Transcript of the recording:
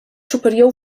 superior